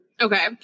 Okay